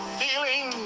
feeling